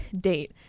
date